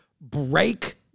break